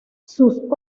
sus